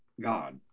God